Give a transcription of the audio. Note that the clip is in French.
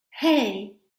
hey